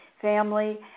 family